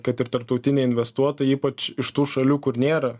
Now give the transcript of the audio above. kad ir tarptautiniai investuotojai ypač iš tų šalių kur nėra